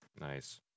Nice